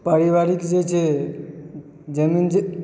पारिवारिक जे छै जमीन